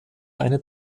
eine